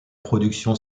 production